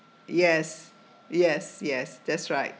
yes yes yes that's right